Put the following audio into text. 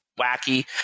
wacky